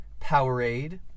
Powerade